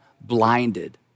blinded